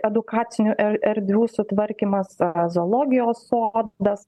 edukacinių er erdvių sutvarkymas zoologijos sodas